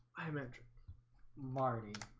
i meant marty